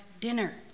dinner